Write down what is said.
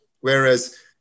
whereas